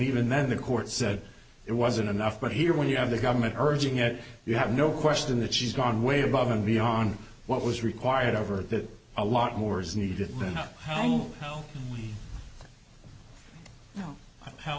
even then the court said it wasn't enough but here when you have the government urging it you have no question that she's gone way above and beyond what was required over that a lot more is